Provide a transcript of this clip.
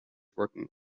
working